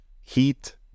heat